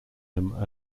them